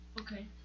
Okay